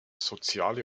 soziale